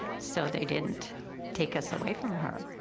so they didn't take us away from her.